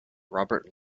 robert